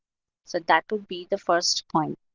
so that would be the first point.